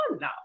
no